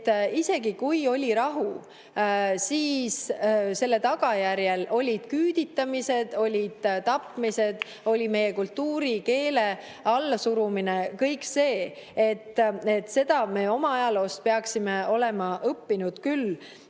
isegi kui oli rahu, siis selle tagajärjel olid küüditamised, olid tapmised, oli meie kultuuri ja keele allasurumine, kõik see. Seda me oma ajaloost peaksime olema õppinud küll,